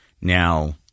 now